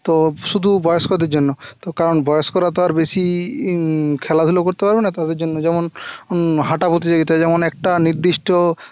তো শুধু বয়স্কদের জন্য তো কারণ বয়স্করা তো আর বেশি খেলাধুলো করতে পারবে না তাদের জন্য যেমন হাঁটা প্রতিযোগিতা যেমন একটা নির্দিষ্ট